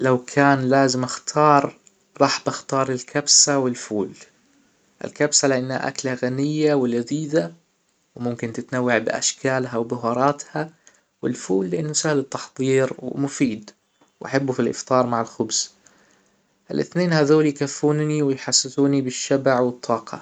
لو كان لازم أختار راح بختار الكبسة والفول الكبسة لأنها أكلة غنية و لذيذة وممكن تتنوع باشكالها و بهاراتها والفول لإنه سهل التحضير ومفيد وأحبه فى الإفطار مع الخبز الإثنين هذول يكفونى ويحسسونى بالشبع والطاقة